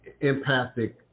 empathic